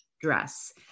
dress